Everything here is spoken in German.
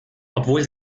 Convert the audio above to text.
obwohl